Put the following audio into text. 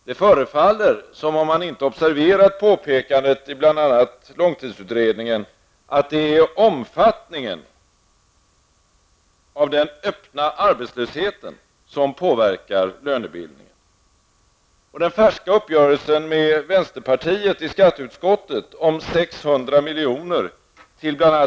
Det förefaller som om man inte observerat påpekandet i bl.a. långtidsutredningen -- att det är omfattningen av den öppna arbetslösheten som påverkar lönebildningen.